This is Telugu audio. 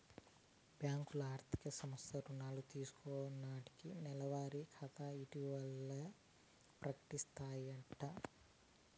బ్యాంకులు, ఆర్థిక సంస్థలు రుణం తీసుకున్నాల్లకి నెలవారి ఖాతా ఇవరాల్ని ప్రకటిస్తాయంటోది